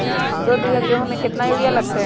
दो बीघा गेंहू में केतना यूरिया लगतै?